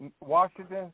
Washington